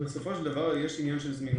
בסופו של דבר, יש עניין של זמינות.